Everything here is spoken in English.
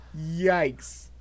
yikes